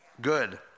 Good